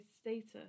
status